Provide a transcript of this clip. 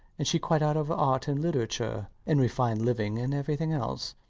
and she quite out of art and literature and refined living and everything else.